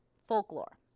folklore